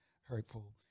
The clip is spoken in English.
hurtful